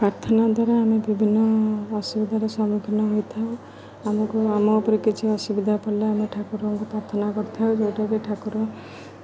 ପ୍ରାର୍ଥନା ଦ୍ୱାରା ଆମେ ବିଭିନ୍ନ ଅସୁବିଧାର ସମ୍ମୁଖୀନ ହୋଇଥାଉ ଆମକୁ ଆମ ଉପରେ କିଛି ଅସୁବିଧା ପଡ଼ିଲେ ଆମେ ଠାକୁରଙ୍କୁ ପ୍ରାର୍ଥନା କରିଥାଉ ଯେଉଁଟାକି ଠାକୁର